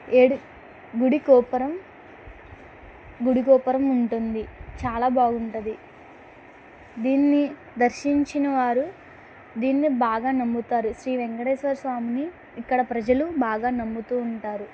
ఏడు గుడి గోపురం గుడిగోపురం ఉంటుంది చాలా బాగుంటుంది దీన్ని దర్శించినవారు దీన్ని బాగా నమ్ముతారు శ్రీ వేంకటేశ్వర స్వామిని ఇక్కడ ప్రజలు బాగా నమ్ముతూ ఉంటారు